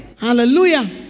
Hallelujah